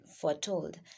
foretold